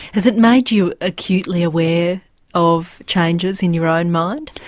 has it made you acutely aware of changes in your own mind,